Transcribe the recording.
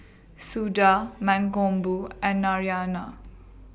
Suda Mankombu and Narayana